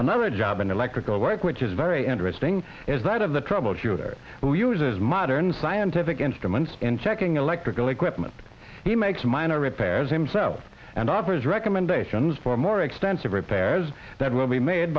another job an electrical work which is very interesting is that of the troubleshooter who uses modern scientific instruments and checking electrical equipment he makes minor repairs himself and offers recommendations for more extensive repairs that will be made